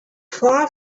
far